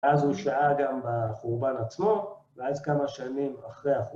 אז הוא שעה גם בחורבן עצמו, ואז כמה שנים אחרי החורבן.